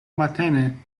matene